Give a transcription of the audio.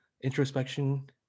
introspection